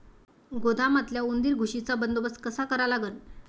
गोदामातल्या उंदीर, घुशीचा बंदोबस्त कसा करा लागन?